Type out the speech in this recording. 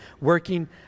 working